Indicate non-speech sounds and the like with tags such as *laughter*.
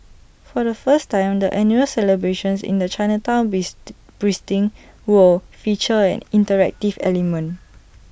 for the first time the annual celebrations in the Chinatown bees *noise* pristine will feature an interactive element